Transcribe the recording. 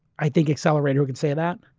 i think, accelerator, who can say that.